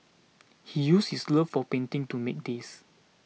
he used his love of painting to make these